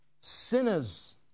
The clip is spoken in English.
sinners